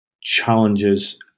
challenges